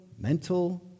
Mental